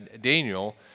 Daniel